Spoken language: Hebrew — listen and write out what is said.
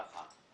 אין להם בעיה.